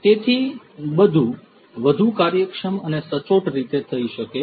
તેથી બધું વધુ કાર્યક્ષમ અને સચોટ રીતે થઈ શકે છે